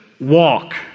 walk